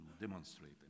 demonstrate